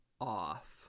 off